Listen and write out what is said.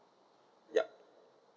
yup